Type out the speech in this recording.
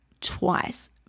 twice